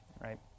right